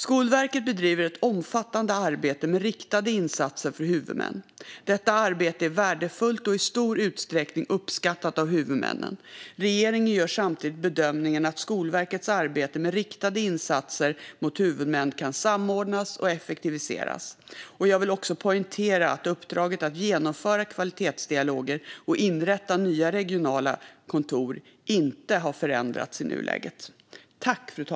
Skolverket bedriver ett omfattande arbete med riktade insatser för huvudmän. Detta arbete är värdefullt och i stor utsträckning uppskattat av huvudmännen. Regeringen gör samtidigt bedömningen att Skolverkets arbete med riktade insatser mot huvudmän kan samordnas och effektiviseras. Jag vill poängtera att uppdraget att genomföra kvalitetsdialoger och inrätta nya regionala kontor inte har förändrats i nuläget.